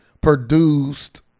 produced